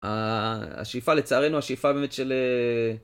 השאיפה לצערנו, השאיפה באמת של...